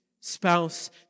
spouse